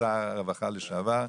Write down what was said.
שר הרווחה לשעבר,